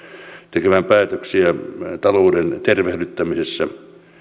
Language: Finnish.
tekemään päätöksiä talouden tervehdyttämisessä